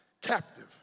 captive